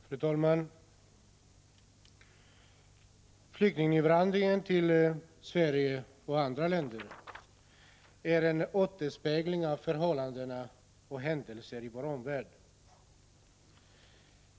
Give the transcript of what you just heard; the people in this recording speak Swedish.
Fru talman! Flyktinginvandringen till Sverige och andra länder är en återspegling av förhållanden och händelser i vår omvärld.